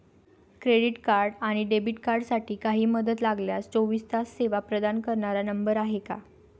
Credit आणि debit कार्डसाठी काही मदत लागल्यास चोवीस तास सेवा प्रदान करणारा नंबर आहे का?